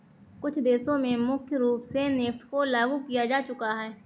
कुछ देशों में मुख्य रूप से नेफ्ट को लागू किया जा चुका है